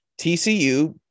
TCU